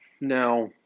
Now